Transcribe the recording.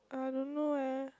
I don't know eh